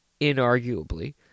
Inarguably